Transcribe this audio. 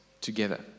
together